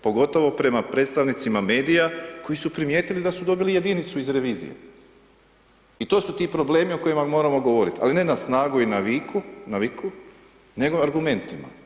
Pogotovo prema predstavnicima medija koji su primijetili da su dobili jedinicu iz revizije i to su ti problemi o kojima moramo govorit, ali ne na snagu i na viku, na viku, nego argumentima.